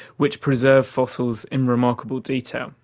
which preserve fossils in remarkable detail.